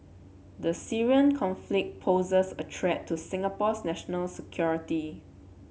the Syrian conflict poses a threat to Singapore's national security